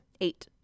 Eight